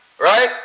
right